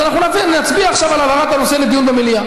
אז אנחנו נצביע עכשיו על העברת הנושא לדיון במליאה.